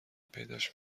پیداش